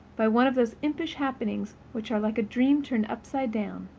by one of those impish happenings which are like a dream turned upside down.